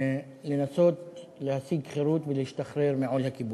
לנסות להשיג חירות ולהשתחרר מעול הכיבוש,